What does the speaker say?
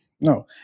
no